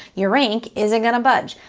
your rank isn't gonna budge.